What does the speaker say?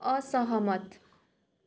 असहमत